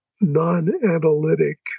non-analytic